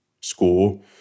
school